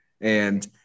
And-